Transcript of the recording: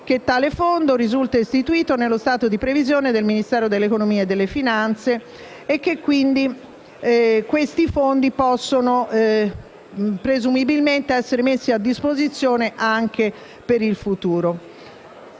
che tale fondo risulta istituito nello stato di previsione del Ministero dell'economia e delle finanze e che quindi questi fondi possono presumibilmente essere messi a disposizione anche per il futuro.